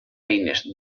eines